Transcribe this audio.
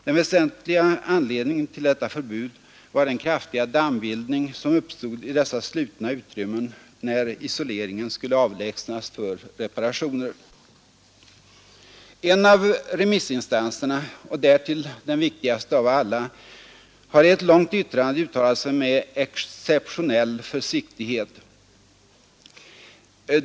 Den huvudsakliga anledningen till detta förbud var den kraftiga dammbildning som uppstod i dessa slutna utrymmen då isoleringen skulle avlägsnas för reparationer. En av remissinstanserna — och därtill den viktigaste av alla — har i ett långt yttrande uttalat sig med exceptionell försiktighet.